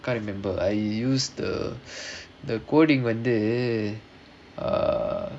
can't remember I use the the coding வந்து:vandhu uh